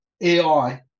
AI